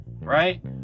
Right